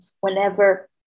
whenever